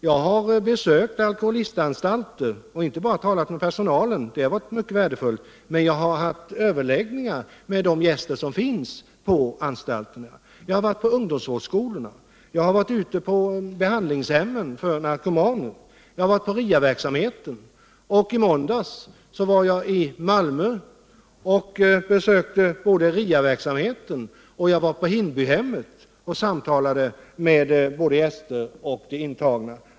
Jag har besökt alkoholistanstalter och där inte bara talat med personalen, vilket varit mycket värdefullt, utan jag har haft överläggningar med de gäster som finns på anstalterna. Jag har varit på ungdomsvårdsskolorna, jag har varit ute på behandlingshemmen för narkomaner, jag har varit på RIA-verksamheten, och i måndags var jag i Malmö och besökte både RIA-verksamheten och Hindbyhemmet, där jag samtalade med de intagna.